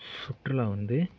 சுற்றுலா வந்து